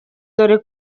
dore